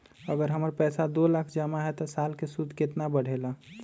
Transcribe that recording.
अगर हमर पैसा दो लाख जमा है त साल के सूद केतना बढेला?